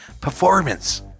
performance